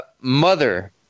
Mother